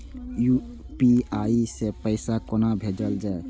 UPI सै पैसा कोना भैजल जाय?